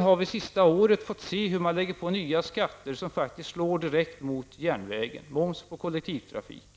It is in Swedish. har det senaste året lagt på nya skatter som slår direkt mot järnvägen, t.ex. moms på kollektiv trafik.